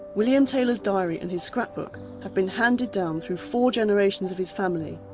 william taylor's diary and his scrapbook have been handed down through four generations of his family,